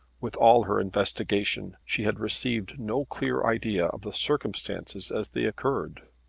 with all her investigation she had received no clear idea of the circumstances as they occurred.